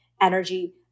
energy